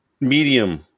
medium